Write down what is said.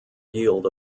yield